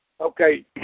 Okay